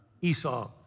Esau